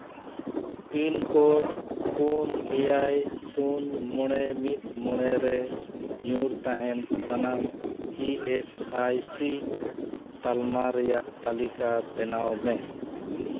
pincode ᱯᱩᱱ ᱮᱭᱟᱭ ᱥᱩᱱ ᱢᱚᱬᱮ ᱢᱤᱫ ᱢᱚᱬᱮ ᱨᱮ ᱧᱩᱨ ᱛᱟᱦᱮᱱ ᱥᱟᱱᱟᱢ ᱤ ᱮᱥ ᱟᱭ ᱥᱤ ᱛᱟᱞᱢᱟ ᱨᱮᱭᱟᱜ ᱛᱟᱹᱞᱤᱠᱟ ᱵᱮᱱᱟᱣ ᱢᱮ